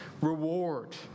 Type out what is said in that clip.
reward